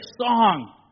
song